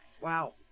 wow